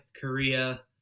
Korea